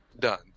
done